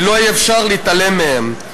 כי לא יהיה אפשר להתעלם מהם.